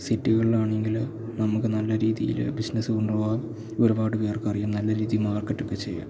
സിറ്റികളിലാണെങ്കില് നമുക്കു നല്ല രീതിയില് ബിസിനസ് കൊണ്ടുപോവാം ഒരുപാട് പേർക്കറിയാം നല്ല രീതിയില് മാർക്കറ്റൊക്കെ ചെയ്യാം